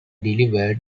delivered